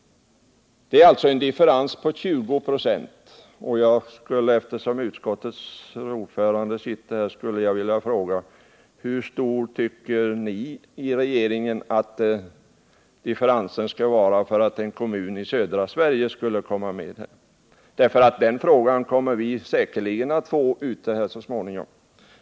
Det är alltså en differens på 20 96. Eftersom utskottets ordförande sitter här skulle jag vilja fråga: Hur stor tycker man i regeringen att differensen skall vara för att en kommun i södra Sverige skall komma med i ett stödområde? Den frågan kommer vi säkerligen att få ute i landet så småningom.